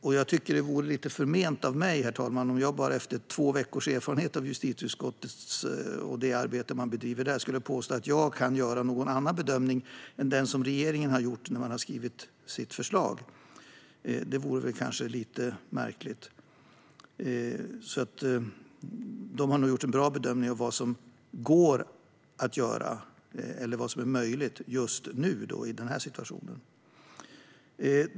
Jag tycker också att det vore lite förment av mig, herr talman, att med bara två veckors erfarenhet av justitieutskottets arbete påstå att jag kan göra en annan bedömning än den som regeringen gjort när man skrivit sitt förslag. Det vore kanske lite märkligt. Regeringen har nog gjort en bra bedömning av vad som är möjligt att göra just nu, i den här situationen.